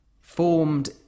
formed